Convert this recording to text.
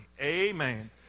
Amen